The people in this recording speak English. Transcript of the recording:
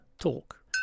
talk